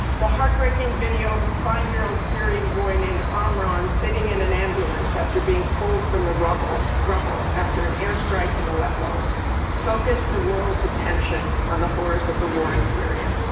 the heart breaking video of a five year old syrian boy named omran sitting in an ambulance after being pulled from the rubble rubble after an airstrike in aleppo focused the world's attention on the horrors of the war in syria,